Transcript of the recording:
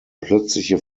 plötzliche